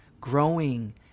growing